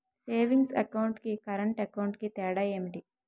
Savings account కి current account కి తేడా ఏమిటి?